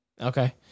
Okay